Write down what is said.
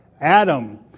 Adam